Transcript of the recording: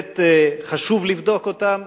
שחשוב לבדוק אותם